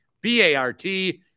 B-A-R-T